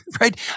right